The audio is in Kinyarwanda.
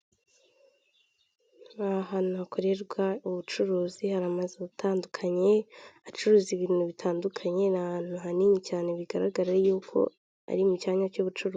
Ni ahantu hakorerwa ubucuruzi hari amazu atandukanye acuruza ibintu bitandukanye, ni ahantu hanini cyane bigaragara yuko ari mu cyanya cy'ubucuruzi.